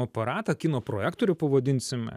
aparatą kino projektorių pavadinsime